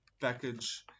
package